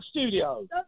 studio